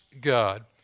God